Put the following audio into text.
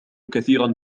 كثيرا